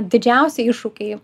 didžiausi iššūkiai